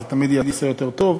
זה תמיד ייעשה יותר טוב.